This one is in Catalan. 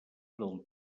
del